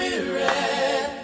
Spirit